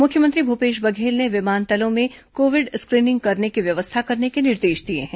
मुख्यमंत्री भूपेश बघेल ने विमानतलों में कोविड स्क्रीनिंग करने की व्यवस्था करने के निर्देश दिए हैं